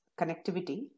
connectivity